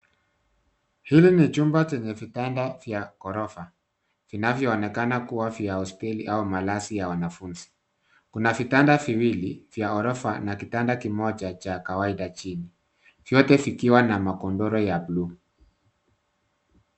Hili ni chumba chenye vitanda vya ghorofa vinavyoonekana kuwa vya hosteli au malazi ya wanafunzi. Kuna vitanda viwili vya orofa na kitanda kimoja cha kawaida chini, vyote vikiwa na magodoro ya bluu.